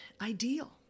ideal